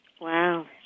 Wow